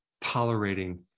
tolerating